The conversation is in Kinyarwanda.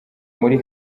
muri